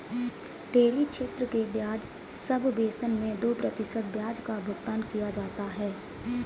dairy क्षेत्र के ब्याज सबवेसन मैं दो प्रतिशत ब्याज का भुगतान किया जाता है